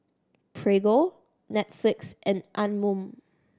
Prego Netflix and Anmum